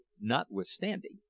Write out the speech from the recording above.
notwithstanding